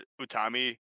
Utami